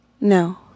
No